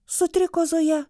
sutriko zoja